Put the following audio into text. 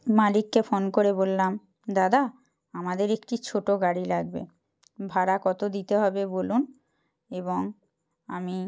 মালিককে ফোন করে বললাম দাদা আমাদের একটি ছোট গাড়ি লাগবে ভাড়া কত দিতে হবে বলুন এবং আমি